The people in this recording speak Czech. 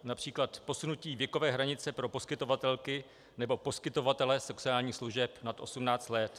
Například posunutí věkové hranice pro poskytovatelky nebo poskytovatele sexuálních služeb nad 18 let.